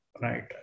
right